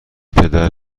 پدر